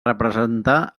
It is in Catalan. representar